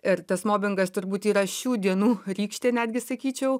ir tas mobingas turbūt yra šių dienų rykštė netgi sakyčiau